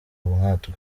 nkatwe